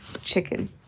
chicken